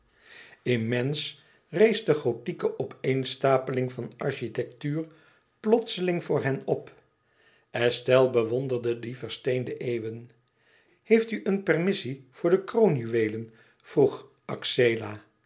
immens rees de gothieke opeenstapeling van architectuur plotseling voor hen op estelle bewonderde die versteende eeuwen heeft u een permissie voor de kroonjuweelen vroeg axela